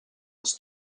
als